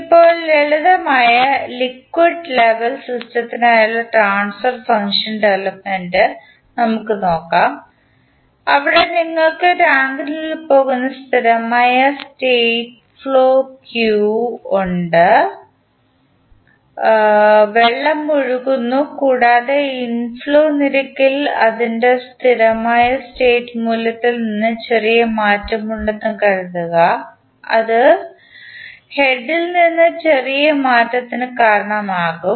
ഇപ്പോൾ ലളിതമായ liquid level സിസ്റ്റത്തിനായുള്ള ട്രാൻസ്ഫർ ഫംഗ്ഷൻ ഡെവലപ്മെൻറ് നമുക്ക് നോക്കാം അവിടെ നിങ്ങൾക്ക് ടാങ്കിനുള്ളിൽ പോകുന്ന സ്ഥിരമായ സ്റ്റേറ്റ് ഫ്ലോ ക്യൂ ഉണ്ട് വെള്ളം ഒഴുകുന്നു കൂടാതെ ഇൻഫ്ലോ നിരക്കിൽ അതിൻറെ സ്ഥിരമായ സ്റ്റേറ്റ് മൂല്യത്തിൽ നിന്ന് ചെറിയ മാറ്റമുണ്ടെന്ന് കരുതുക ഇത് ഉച്ചസ്ഥാനത്തിൽ നിന്ന് ചെറിയ മാറ്റത്തിന് കാരണമാകും